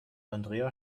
andrea